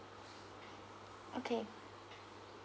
okay